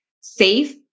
safe